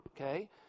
Okay